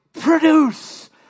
Produce